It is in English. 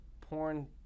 porn